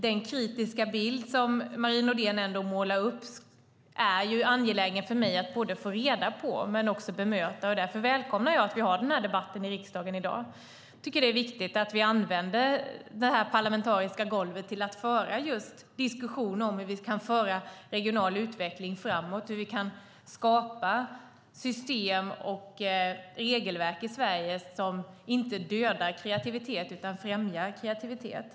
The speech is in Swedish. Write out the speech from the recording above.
Den kritiska bild som Marie Nordén ändå målar upp är angelägen för mig att inte bara få reda på utan också bemöta. Därför välkomnar jag att vi har denna debatt i riksdagen i dag. Jag tycker att det är viktigt att vi använder det parlamentariska golvet till att just föra diskussion om hur vi kan föra regional utveckling framåt och hur vi kan skapa system och regelverk i Sverige som inte dödar kreativitet utan främjar kreativitet.